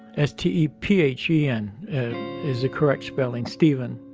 s t e p h e n is the correct spelling. stephen.